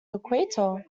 equator